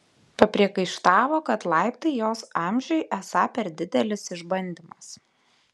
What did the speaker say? papriekaištavo kad laiptai jos amžiui esą per didelis išbandymas